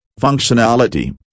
functionality